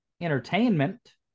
entertainment